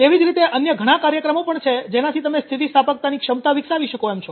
તેવી જ રીતે અન્ય ઘણા કાર્યક્રમો પણ છે જેનાથી તમે સ્થિતિસ્થાપકતાની ક્ષમતા વિકસાવી શકો એમ છો